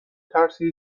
ترسی